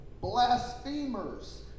blasphemers